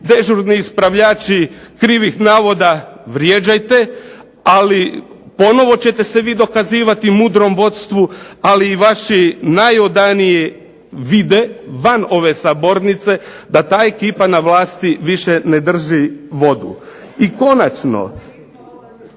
Dežurni ispravljači krivih navoda vrijeđajte, ali ponovno ćete se vi dokazivati mudrom vodstvu, ali i vaš najodaniji vide van ove sabornice da ta ekipa na vlasti više ne drži vodu. Bivši